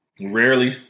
rarely